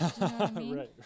Right